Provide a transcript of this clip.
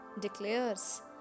declares